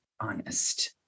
honest